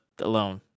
alone